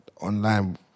online